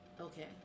Okay